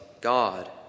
God